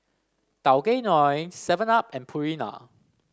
Tao Kae Noi Seven Up and Purina